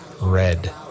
red